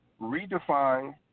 redefine